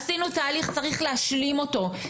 עשינו תהליך צריך להשלים אותו,